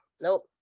Nope